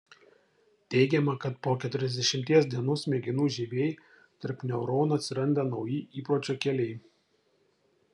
teigiama kad po keturiasdešimties dienų smegenų žievėj tarp neuronų atsiranda nauji įpročio keliai